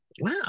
Wow